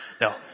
No